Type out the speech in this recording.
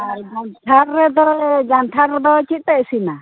ᱡᱟᱱᱛᱷᱟᱲ ᱨᱮᱫᱚ ᱡᱟᱱᱛᱷᱟᱲ ᱨᱮᱫᱚ ᱪᱮᱫ ᱯᱮ ᱤᱥᱤᱱᱟ